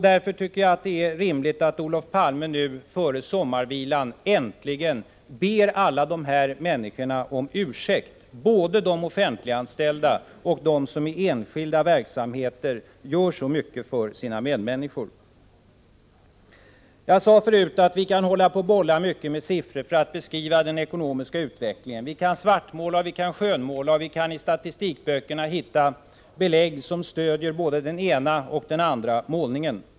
Därför tycker jag att det är rimligt att Olof Palme nu före sommarvilan äntligen ber alla dessa människor om ursäkt, både de som i offentliga och i enskilda verksamheter gör så mycket för sina medmänniskor. Jag sade förut att vi kan hålla på att bolla mycket med siffror för att beskriva den ekonomiska utvecklingen. Vi kan svartmåla och vi kan skönmåla, och vi kan i statistikböckerna få belägg för både den ena och den andra målningen.